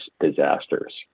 disasters